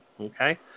okay